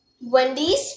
Wendy's